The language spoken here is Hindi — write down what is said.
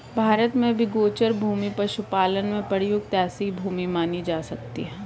भारत में भी गोचर भूमि पशुपालन में प्रयुक्त ऐसी ही भूमि मानी जा सकती है